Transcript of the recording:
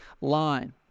line